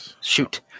shoot